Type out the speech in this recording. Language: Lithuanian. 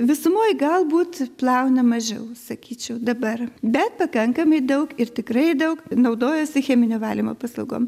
visumoj galbūt plauna mažiau sakyčiau dabar bet pakankamai daug ir tikrai daug naudojasi cheminio valymo paslaugom